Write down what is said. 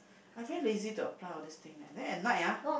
I very lazy to apply all this thing leh then at night ah